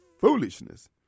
foolishness